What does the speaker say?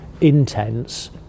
intense